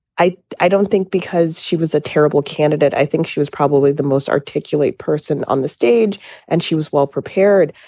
i i don't think because she was a terrible candidate. i think she was probably the most articulate person on the stage and she was well prepared.